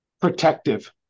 protective